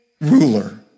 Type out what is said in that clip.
ruler